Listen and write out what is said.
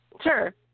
Sure